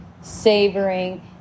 savoring